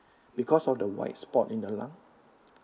because of the white spot in the lung